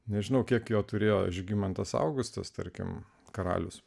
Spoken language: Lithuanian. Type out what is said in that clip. nežinau kiek jo turėjo žygimantas augustas tarkim karalius